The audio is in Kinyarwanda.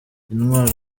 intwaro